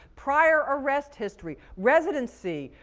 prior arrest history, residency,